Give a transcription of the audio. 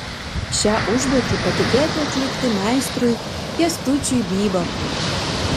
šią užduotį patikėta atlikti meistrui kęstučiui bybartui